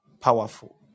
powerful